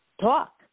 talk